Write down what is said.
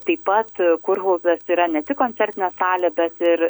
taip pat kurhauzas yra ne tik koncertinė salė bet ir